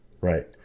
Right